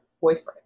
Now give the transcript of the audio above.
boyfriend